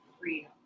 freedom